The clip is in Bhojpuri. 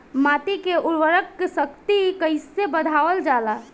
माटी के उर्वता शक्ति कइसे बढ़ावल जाला?